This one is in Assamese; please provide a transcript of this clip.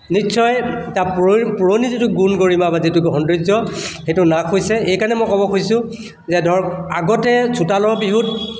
নিশ্চয় তাৰ পু পুৰণি যিটো গুণ গৰিমা বা যিটো সৌন্দৰ্য সেইটো নাশ হৈছে এইকাৰণে মই ক'ব খুজিছোঁ যে ধৰক আগতে চোতালৰ বিহুত